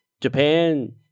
Japan